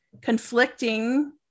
conflicting